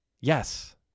Yes